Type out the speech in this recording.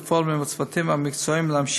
אני אמשיך לפעול עם הצוותים המקצועיים להמשיך